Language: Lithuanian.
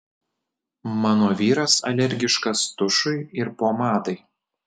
mano vyras alergiškas tušui ir pomadai